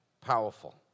Powerful